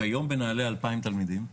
כרגע יש בנעל"ה 2,000 תלמידים.